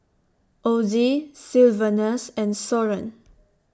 Ozie Sylvanus and Soren